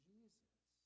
Jesus